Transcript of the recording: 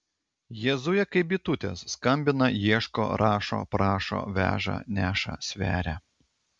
jie zuja kaip bitutės skambina ieško rašo prašo veža neša sveria